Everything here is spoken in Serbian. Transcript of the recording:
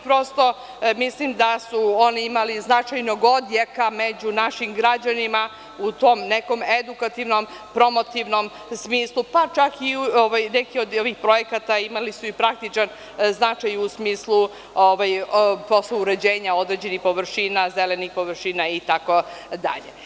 Prosto mislim da su oni imali značajnog odjeka među našim građanima u tom nekom edukativnom, promotivnom smislu, pa čak i nekim od ovih projekata imali su i praktičan značaj u smislu posla uređenja određenih površina, zelenih površina itd.